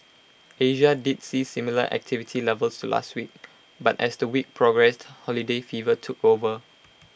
Asia did see similar activity levels to last week but as the week progressed holiday fever took over